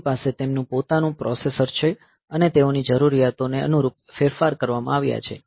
તેમની પાસે તેમનું પોતાનું પ્રોસેસર છે અને તેઓની જરૂરિયાતો ને અનુરૂપ ફેરફાર કરવામાં આવ્યા છે